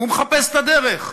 והוא מחפש את הדרך.